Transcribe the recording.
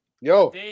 Yo